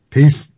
Peace